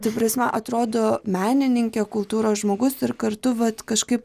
ta prasme atrodo menininkė kultūros žmogus ir kartu vat kažkaip